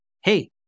hey